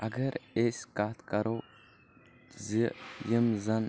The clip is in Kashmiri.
اگر أسۍ کتھ کرو زِ یِم زَن